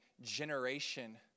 generation